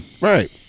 Right